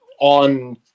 on